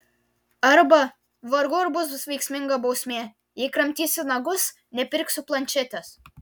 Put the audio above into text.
arba vargu ar bus veiksminga bausmė jei kramtysi nagus nepirksiu planšetės